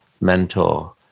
mentor